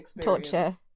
torture